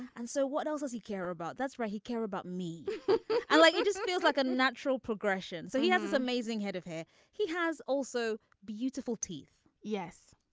and so what else does he care about. that's right he care about me i like he just feels like a natural progression. so he has this amazing head of hair he has also beautiful teeth. yes.